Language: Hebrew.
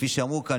כפי שאמרו כאן,